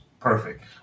perfect